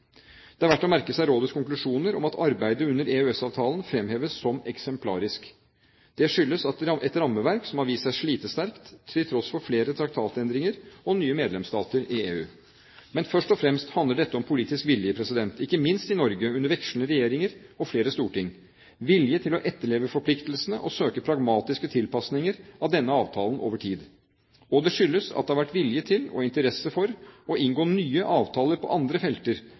Det er verdt å merke seg rådets konklusjoner om at arbeidet under EØS-avtalen fremheves som eksemplarisk. Det skyldes et rammeverk som har vist seg slitesterkt, til tross for flere traktatendringer og nye medlemsstater i EU. Men først og fremst handler dette om politisk vilje – ikke minst i Norge – under vekslende regjeringer og flere storting, vilje til å etterleve forpliktelsene og søke pragmatiske tilpasninger av denne avtalen over tid. Og det skyldes at det har vært vilje til og interesse for å inngå nye avtaler på andre felter